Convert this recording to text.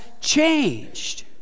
changed